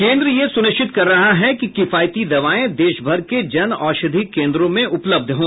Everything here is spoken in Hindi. केन्द्र यह सुनिश्चित कर रहा है कि किफायती दवाएं देशभर के जनऔषधि केन्द्रों में उपलब्ध हों